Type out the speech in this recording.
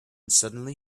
suddenly